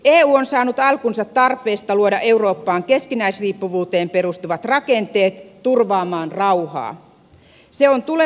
eu on saanut alkunsa tarpeesta luoda eurooppaan keskinäisriippuvuuteen perustuvat rakenteet turvaamaan rauhaa